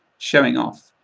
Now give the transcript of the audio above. showing off,